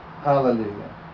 Hallelujah